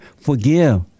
Forgive